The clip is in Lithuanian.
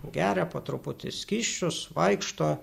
geria po truputį skysčius vaikšto